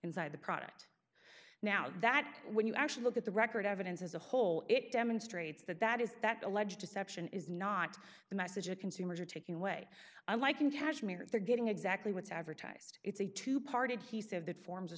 inside the product now that when you actually look at the record evidence as a whole it demonstrates that that is that alleged deception is not the message of consumers are taking away i'm liking kashmir's they're getting exactly what's advertised it's a two parted he said that forms